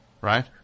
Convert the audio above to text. Right